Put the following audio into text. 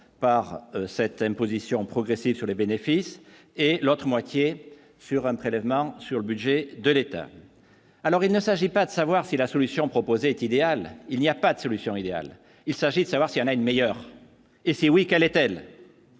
par cette imposition progressif sur les bénéfices et l'autre moitié sur un prélèvement sur le budget de l'État, alors il ne s'agit pas de savoir si la solution proposée est idéal, il n'y a pas de solution idéale, il s'agit de savoir si on a une meilleure et si oui, quelle est-elle,